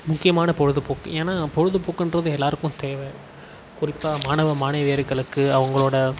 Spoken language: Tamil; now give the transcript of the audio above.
முக்கியமான பொழுதுபோக்கு ஏன்னா பொழுதுபோக்கின்றது எல்லோருக்கும் தேவை குறிப்பாக மாணவ மாணவியர்களுக்கு அவங்களோட